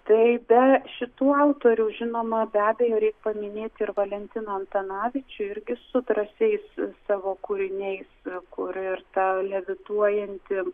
tai be šitų autorių žinoma be abejo reik paminėti ir valentiną antanavičių irgi su drąsiais savo kūriniais kur ir ta levituojanti